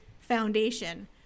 foundation